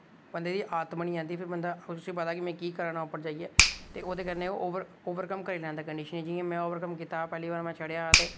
ते बंदे दी आदत बनी जंदी ते फ्ही बंदा उसी पता में केह् करै ना उप्पर जाइयै ते ओह्दे कन्नै ओवरकम करी लैंदा कंडीशन गी जियां में ओवरकम कीता ते पैह्ली बार चढ़ेआ ते